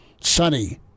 sunny